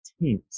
teams